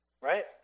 right